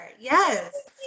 Yes